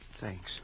Thanks